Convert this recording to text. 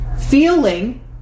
Feeling